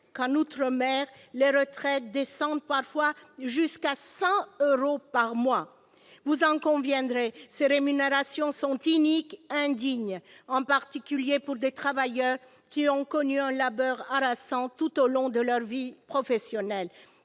qu'en outre-mer les retraites descendent parfois jusqu'à 100 euros par mois ! Vous en conviendrez, ces rémunérations sont iniques et indignes, en particulier pour des travailleurs qui ont connu un labeur harassant tout au long de leur vie professionnelle.